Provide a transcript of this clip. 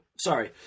Sorry